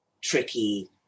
tricky